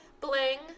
Bling